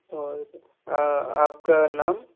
और आपका नाम